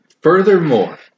Furthermore